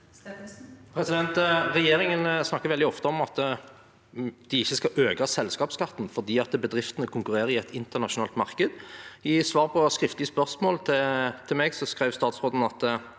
Regjeringen snak- ker veldig ofte om at de ikke skal øke selskapsskatten, fordi bedriftene konkurrerer i et internasjonalt marked. I svar på skriftlig spørsmål fra meg skrev statsråden: